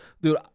dude